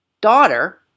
daughter